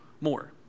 more